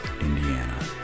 Indiana